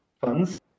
funds